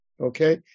Okay